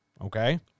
okay